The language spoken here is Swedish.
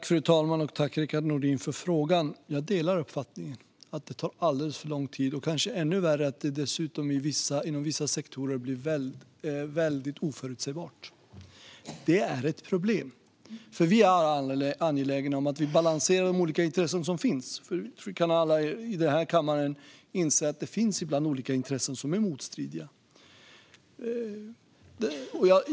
Fru talman! Tack, Rickard Nordin, för frågan! Jag delar uppfattningen att det tar alldeles för lång tid. Kanske ännu värre är att det dessutom inom vissa sektorer blir väldigt oförutsägbart. Det är ett problem, för vi är alla angelägna om att balansera de olika intressen som finns. Alla vi i denna kammare inser att det ibland finns olika intressen som är motstridiga.